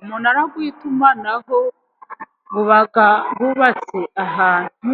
Umunara w' itumanaho uba wubatse ahantu,